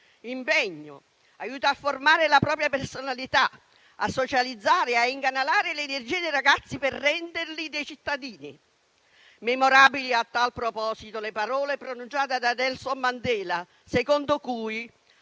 impegno, aiuta a formare la propria personalità, a socializzare e a incanalare le energie dei ragazzi per renderli dei cittadini. Memorabili a tal proposito le seguenti parole pronunciate da Nelson Mandela: lo sport